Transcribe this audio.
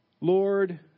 Lord